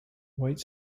white